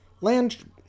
land